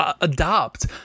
adopt